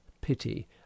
pity